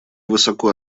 высоко